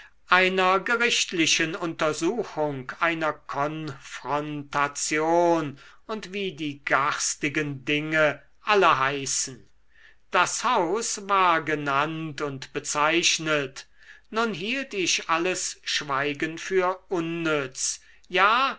einer gerichtlichen untersuchung einer konfrontation und wie die garstigen dinge alle heißen das haus war genannt und bezeichnet nun hielt ich alles schweigen für unnütz ja